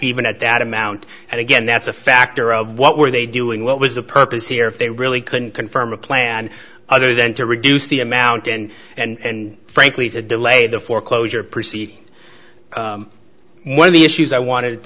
even at that amount and again that's a factor of what were they doing what was the purpose here if they really couldn't confirm a plan other than to reduce the amount and and frankly to delay the foreclosure see one of the issues i wanted